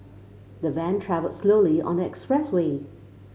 the van travelled slowly on the express way